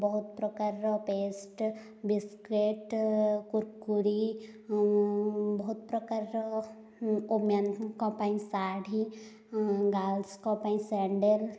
ବହୁତ ପ୍ରକାରର paste biscuit Kurkure ବହୁତ ପ୍ରକାରର ଓମ୍ୟାନଙ୍କ ପାଇଁ ଶାଢ଼ୀ ଗାର୍ଲସଙ୍କ ପାଇଁ ସ୍ୟାଣ୍ଡେଲ୍